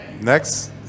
Next